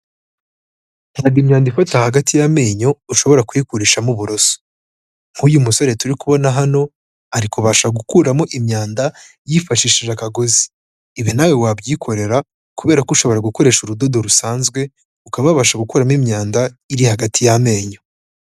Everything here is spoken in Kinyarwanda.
Ntabwo imyandinda ifata hagati y'amenyo ushobora kuyikurishamo uburoso, nk'uyu musore turi kubona hano, ariko kubasha gukuramo imyanda yifashishije akagozi, ibi nawe wabyikorera, kubera ko ushobora gukoresha urudodo rusanzwe, ukaba wabasha gukuramo imyanda iri hagati y'amenyo.